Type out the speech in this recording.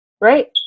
right